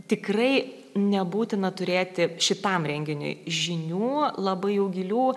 tikrai nebūtina turėti šitam renginiui žinių labai jau gilių